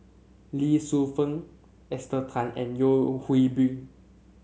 Lee Shu Fen Esther Tan and Yeo Hwee Bin